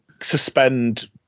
suspend